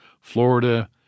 Florida